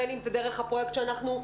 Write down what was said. בין אם זה דרך הפרויקט שהקמנו.